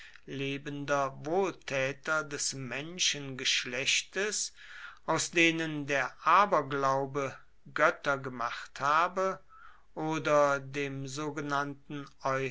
lebender wohltäter des menschengeschlechtes aus denen der aberglaube götter gemacht habe oder dem sogenannten